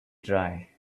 dry